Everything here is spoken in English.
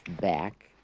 back